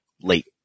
late